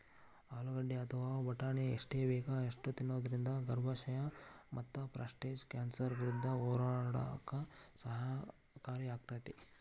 ಆಲೂಗಡ್ಡಿ ಅಥವಾ ಬಟಾಟಿನ ಎಷ್ಟ ಬೇಕ ಅಷ್ಟ ತಿನ್ನೋದರಿಂದ ಗರ್ಭಾಶಯ ಮತ್ತಪ್ರಾಸ್ಟೇಟ್ ಕ್ಯಾನ್ಸರ್ ವಿರುದ್ಧ ಹೋರಾಡಕ ಸಹಕಾರಿಯಾಗ್ಯಾತಿ